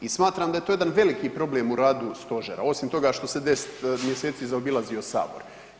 I smatram da je to jedan veliki problem u radu stožera, osim toga što se 10 mjeseci zaobilazio Sabor.